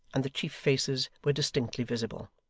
and the chief faces were distinctly visible.